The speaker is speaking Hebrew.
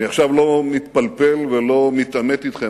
אני עכשיו לא מתפלפל ולא מתעמת אתכם.